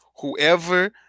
Whoever